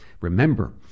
remember